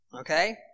Okay